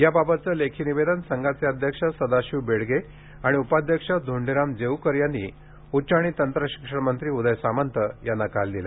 याबाबतचे लेखी निवेदन संघाचे अध्यक्ष सदाशिव बेडगे आणि उपाध्यक्ष धोंडीराम जेवूकर यांनी उच्च आणि तंत्रशिक्षण मंत्री उदय सामंत यांना काल दिले